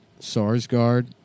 Sarsgaard